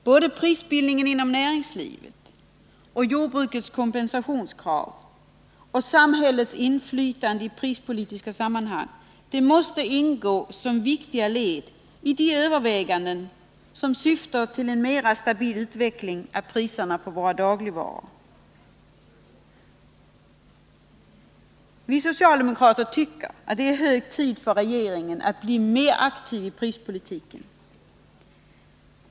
Såväl prisbildningen inom näringslivet som jordbrukets kompensationskrav och samhällets inflytande i prispolitiska sammanhang måste ingå som viktiga led i de överväganden som syftar till en mera stabil utveckling av priserna på våra dagligvaror. Vi socialdemokrater tycker att det är hög tid för regeringen att bli mer aktivi prispolitiken.